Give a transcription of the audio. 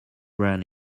run